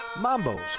Mambo's